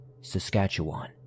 Saskatchewan